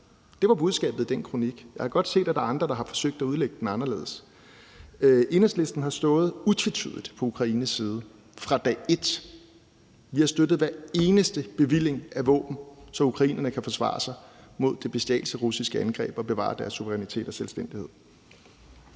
Det var budskabet i den kronik. Jeg har godt set, at der er andre, som har forsøgt at udlægge den anderledes. Enhedslisten har utvetydigt stået på Ukraines side fra dag et. Vi har støttet hver eneste bevilling af våben, så ukrainerne kan forsvare sig imod det bestialske russiske angreb og bevare deres suverænitet og selvstændighed.